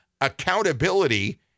Accountability